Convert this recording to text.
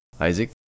Isaac